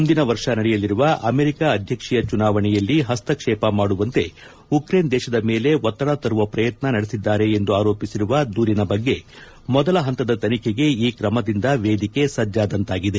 ಮುಂದಿನ ವರ್ಷ ನಡೆಯಲಿರುವ ಅಮೆರಿಕ ಅಧ್ಯಕ್ಷೀಯ ಚುನಾವಣೆಯಲ್ಲಿ ಪಸ್ತಕ್ಷೇಪ ಮಾಡುವಂತೆ ಉಕ್ರೇನ್ ದೇಶದ ಮೇಲೆ ಒತ್ತಡ ತರುವ ಪ್ರಯತ್ನ ನಡೆಸಿದ್ದಾರೆ ಎಂದು ಆರೋಪಿಸಿರುವ ದೂರಿನ ಬಗ್ಗೆ ಮೊದಲ ಪಂತದ ತನಿಖೆಗೆ ಈ ಕ್ರಮದಿಂದ ವೇದಿಕೆ ಸಜ್ಜಾದಂತಾಗಿದೆ